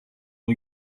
new